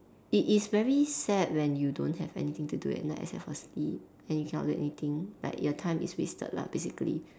it is very sad when you don't have anything to do at night except for sleep and you cannot do anything like your time is wasted lah basically